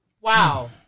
Wow